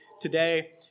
Today